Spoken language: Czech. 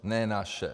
Ne naše.